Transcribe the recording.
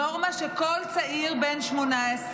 נורמה שכל צעיר בן 18,